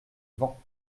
vans